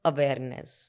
Awareness